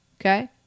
okay